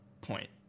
point